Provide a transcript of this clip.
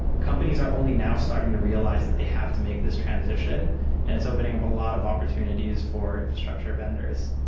companies are only now starting to realize that they have to make this transition and it's opening up a lot of opportunities for infrastructure vendors.